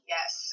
Yes